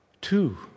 Two